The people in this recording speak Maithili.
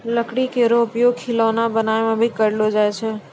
लकड़ी केरो उपयोग खिलौना बनाय म भी करलो जाय छै